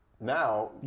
now